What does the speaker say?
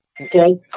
Okay